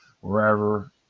wherever